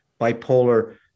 bipolar